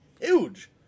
huge